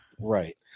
Right